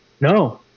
No